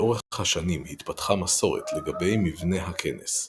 לאורך השנים התפתחה מסורת לגבי מבנה הכנס.